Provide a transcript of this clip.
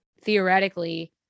theoretically